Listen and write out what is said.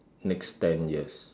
next ten years